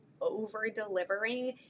over-delivering